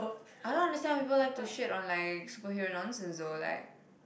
I don't understand why people like to shade on like superhero nonsense though like